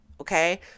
okay